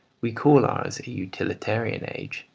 we call ours a utilitarian age,